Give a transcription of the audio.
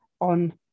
on